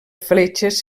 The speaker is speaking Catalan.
fletxes